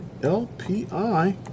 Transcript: LPI